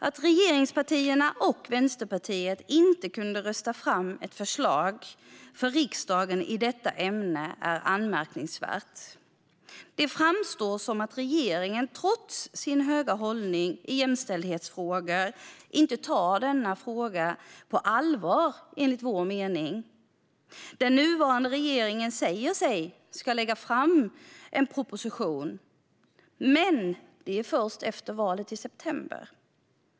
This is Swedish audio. Att regeringspartierna och Vänsterpartiet inte kunde rösta fram ett förslag för riksdagen i detta ämne är anmärkningsvärt. Det framstår som att regeringen trots sin höga hållning i jämställdhetsfrågor inte tar denna fråga på allvar, enligt vår mening. Den nuvarande regeringen säger att den ska lägga fram en proposition, men det är först efter valet i september.